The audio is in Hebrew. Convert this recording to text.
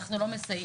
אנחנו לא מסייעים.